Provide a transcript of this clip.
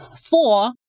four